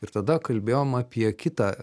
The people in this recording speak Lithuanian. ir tada kalbėjom apie kitą